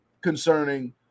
concerning